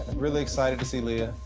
really excited to see leah.